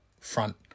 front